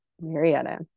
Marietta